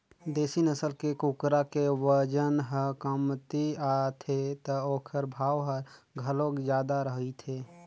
देसी नसल के कुकरा के बजन ह कमती आथे त ओखर भाव ह घलोक जादा रहिथे